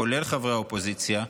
כולל חברי האופוזיציה,